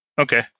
Okay